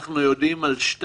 ראוי שזה יהיה ביום שישי.